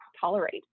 tolerate